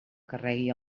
carregui